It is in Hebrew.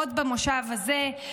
עוד במושב הזה,